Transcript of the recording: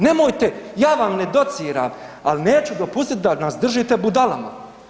Nemojte, ja vam ne dociram, ali neću dopustiti da nas držite budalama.